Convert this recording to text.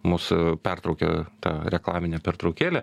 mus pertraukė ta reklaminė pertraukėlė